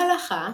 בהלכה,